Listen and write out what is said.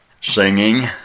singing